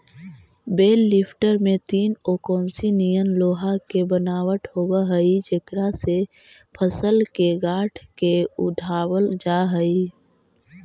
बेल lifter में तीन ओंकसी निअन लोहा के बनावट होवऽ हई जेकरा से फसल के गाँठ के उठावल जा हई